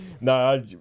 no